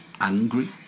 angry